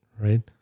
right